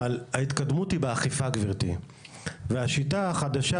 אבל, ההתקדמות היא באכיפה, גברתי, והשיטה החדשה